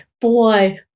boy